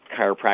chiropractic